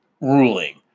ruling